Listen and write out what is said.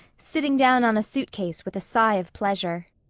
sitting down on a suitcase with a sigh of pleasure.